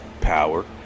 Power